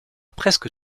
presque